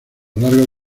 largos